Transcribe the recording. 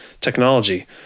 technology